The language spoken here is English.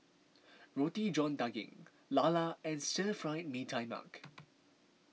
Roti John Daging Lala and Stir Fried Mee Tai Mak